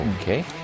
Okay